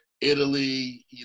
Italy